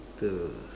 to